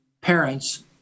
parents